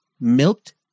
milked